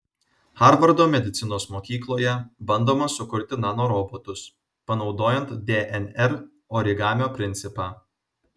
harvardo medicinos mokykloje bandoma sukurti nanorobotus panaudojant dnr origamio principą